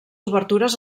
obertures